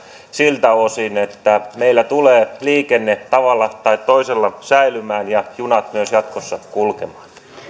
siltä osin että meillä tulee liikenne tavalla tai toisella säilymään ja junat myös jatkossa kulkemaan